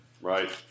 right